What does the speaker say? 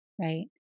right